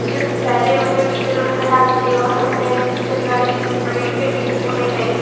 जिस पहले वाले जो टीचर उन्हें हटाने चाहिए और हमें नए नए चेकिंग लाने चाहिए जो पढ़े लिखे टीचर्स होने चाहिए